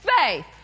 faith